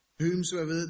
whomsoever